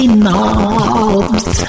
knobs